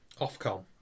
Ofcom